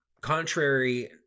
contrary